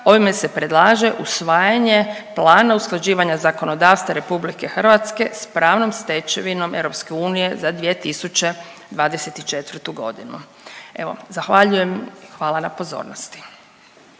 ovime se predlaže usvajanje plana usklađivanja zakonodavstva RH s pravom stečevinom EU za 2024. godine. Evo zahvaljujem, hvala na pozornosti.